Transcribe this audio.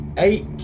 eight